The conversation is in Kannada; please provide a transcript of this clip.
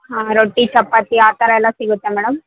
ಹಾಂ ರೊಟ್ಟಿ ಚಪಾತಿ ಆ ಥರ ಎಲ್ಲ ಸಿಗುತ್ತಾ ಮೇಡಮ್